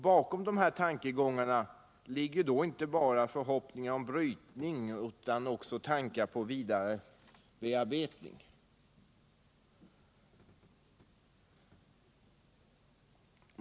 Bakom dessa tankegångar ligger inte bara förhoppningar om brytning utan också tankar på vidare bearbetning.